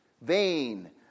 Vain